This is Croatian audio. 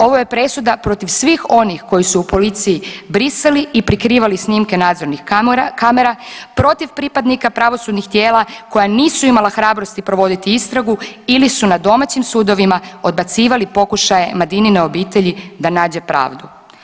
Ovo je presuda protiv svih onih koji su u policiji brisali i prikrivali snimke nadzornih kamera protiv pripadnika pravosudnih tijela koja nisu imala hrabrosti provoditi istragu ili su na domaćim sudovima odbacivali pokušaje Madinine obitelji da nađe pravdu.